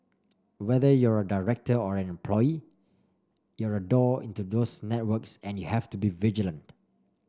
whether you're a director or an employee you're a door into those networks and you have to be vigilant